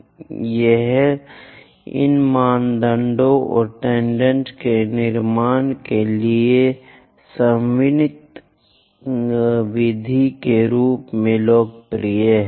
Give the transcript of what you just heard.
और यह इन मानदंडों और टेनजेंट के निर्माण के लिए एक समन्वित विधि के रूप में लोकप्रिय है